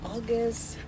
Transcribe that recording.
August